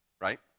right